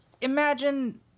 imagine